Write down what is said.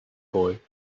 boy